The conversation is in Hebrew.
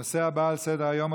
הנושא הבא על סדר-היום,